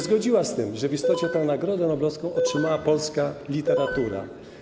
Zgodziłaby się z tym, że w istocie tę nagrodę noblowską otrzymała polska literatura.